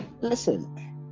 listen